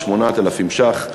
של 8,000 ש"ח,